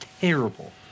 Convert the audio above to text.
terrible